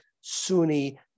Sunni